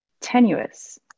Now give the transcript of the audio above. tenuous